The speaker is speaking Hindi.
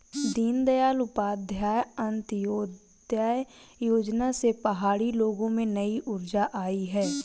दीनदयाल उपाध्याय अंत्योदय योजना से पहाड़ी लोगों में नई ऊर्जा आई है